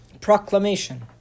proclamation